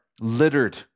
littered